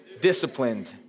disciplined